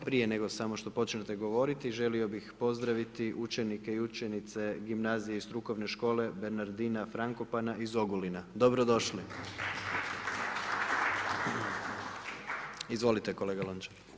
Prije nego samo što počnete govoriti želio bih pozdraviti učenike i učenice gimnazije strukovne škole Bernardina Frankopana iz Ogulina, dobro došli. Izvolite kolega Lonačar.